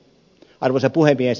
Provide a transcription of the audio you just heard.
arvoisa puhemies